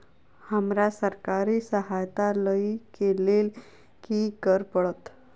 हमरा सरकारी सहायता लई केँ लेल की करऽ पड़त?